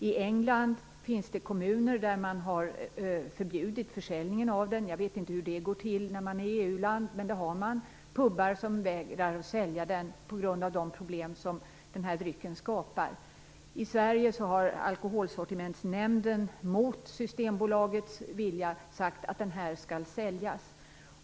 I England finns det kommuner som har förbjudit försäljningen av den. Jag vet inte hur det går till eftersom England är ett EU land, men det har förbjudits. Pubar vägrar att sälja den på grund av de problem drycken skapar. I Sverige har Alkoholsortimentsnämnden mot Systembolagets vilja sagt att drycken skall säljas.